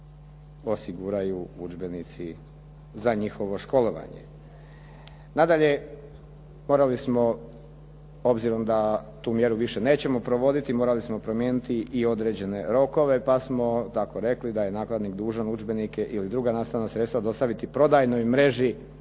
osiguraju udžbenici za njihovo školovanje. Nadalje, morali smo obzirom da tu mjeru više nećemo provoditi morali smo promijeniti i određene rokove, pa smo tako rekli da je nakladnik dužan udžbenike ili druga nastavna sredstva dostaviti prodajnoj mreži